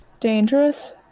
Dangerous